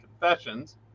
Confessions